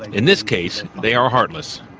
in this case, they are heartless,